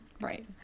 right